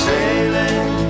Sailing